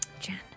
Jen